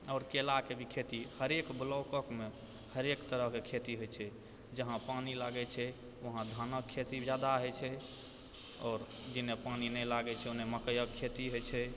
आओर केलाके भी खेती हरेक ब्लोक मे हरेक तरहके खेती होइ छै जहाँ पानि लागै छै वहाँ धानक खेती जादा होइ छै आओर जेन्ने पानि नहि लागै छै ओन्ने मक्कइक खेती होइ छै